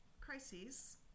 crises